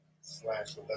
slash